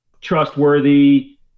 trustworthy